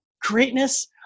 greatness